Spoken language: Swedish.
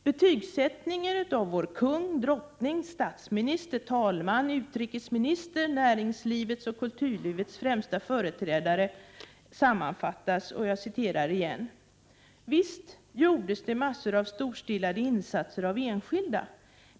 Betygsättningen av vår kung, drottning, statsminister, talman, utrikesminister, näringslivets och kulturlivets främsta företrädare sammanfattas: ”Visst gjordes det massor av storstilade insatser av enskilda.